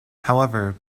however